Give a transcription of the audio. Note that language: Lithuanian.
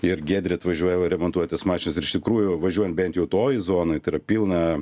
ir giedrė atvažiuoja jau remontuotis mašinos ir iš tikrųjų važiuojant bent jo toj zonoj tai yra pilna